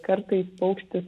kartais paukštis